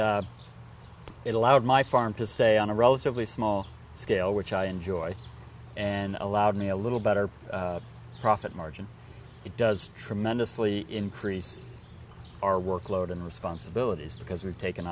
allowed my farm to stay on a relatively small scale which i enjoy and allowed me a little better profit margin it does tremendously increase our workload and responsibilities because we've taken